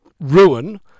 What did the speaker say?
ruin